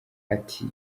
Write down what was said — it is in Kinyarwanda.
ati